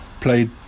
played